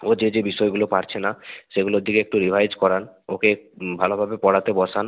ও যে যে বিষয়গুলো পারছে না সেগুলোর দিকে একটু রিভাইস করান ওকে ভালোভাবে পড়াতে বসান